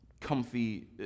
comfy